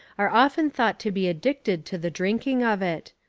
are often thought to be addicted to the drinking of it.